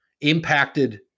impacted